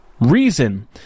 Reason